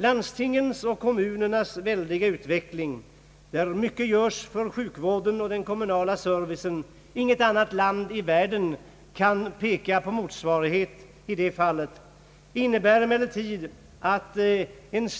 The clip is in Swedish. Landstingens och kommunernas väldiga utveckling, där mycket görs för sjukvården och den kommunala servicen — inget annat land i världen kan peka på en motsvarighet i det fallet — innebär emellertid